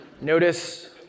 Notice